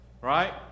Right